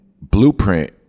blueprint